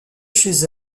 chez